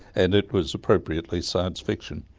and it was appropriately science fiction.